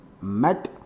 met